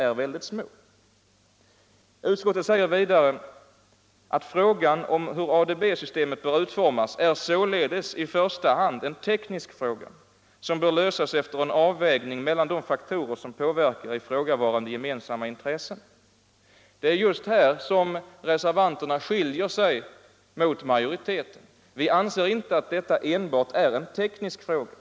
Utskottet säger vidare: ”Frågan hur ADB-systemet bör utformas är således i första hand en teknisk fråga som bör lösas efter en avvägning mellan de faktorer som påverkar ifrågavarande gemensamma intressen.” Nr 96 Det är just på denna punkt som reservanterna skiljer sig från ma Torsdagen den joriteten. Vi anser inte att detta enbart är en teknisk fråga.